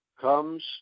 comes